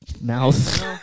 mouth